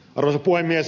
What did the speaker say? arvoisa puhemies